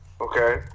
okay